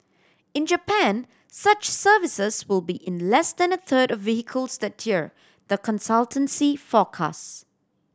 in Japan such services will be in less than a third of vehicles that year the consultancy forecast